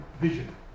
vision